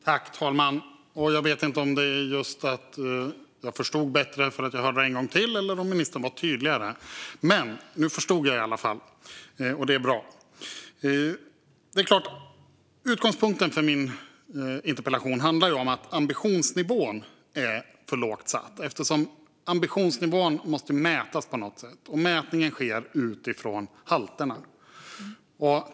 Herr talman! Jag vet inte om jag förstod bättre för att jag hörde det en gång till eller om ministern var tydligare, men nu förstod jag i alla fall. Det är bra. Utgångspunkten för min interpellation var att ambitionsnivån är för lågt satt. Ambitionsnivån måste ju mätas på något sätt, och mätningen sker utifrån halterna.